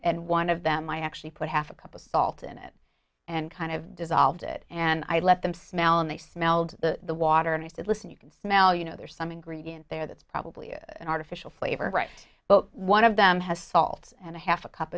and one of them i actually put half a cup of salt in it and kind of dissolved it and i let them smell and they smelled the water and i said listen you can smell you know there's some ingredient there that's probably an artificial flavor right but one of them has salts and a half a cup